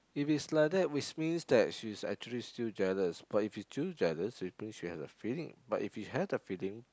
if is like that which means that she's actually still jealous but you still jealous which means you have the feeling but you have the feeling